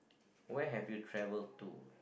where have you travel to